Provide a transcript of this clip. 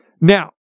Now